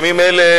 בימים אלה,